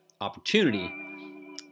opportunity